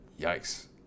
Yikes